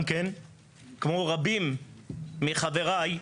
כמו רבים מחבריי,